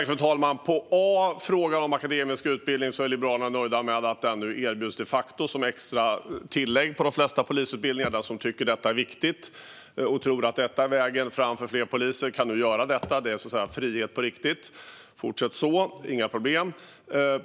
Fru talman! När det gäller frågan om akademisk utbildning är Liberalerna nöjda med att det ändå de facto erbjuds som extra tillägg på de flesta polisutbildningar. Den som tycker att detta är viktigt och tror att det är vägen fram för fler poliser kan nu göra detta. Det är så att säga frihet på riktigt. Fortsätt så, inga problem!